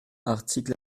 articles